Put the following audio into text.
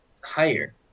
higher